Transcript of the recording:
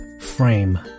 frame